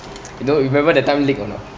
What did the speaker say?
you know remember that time leak or not